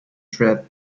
threat